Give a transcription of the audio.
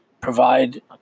provide